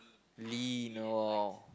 lean !wow!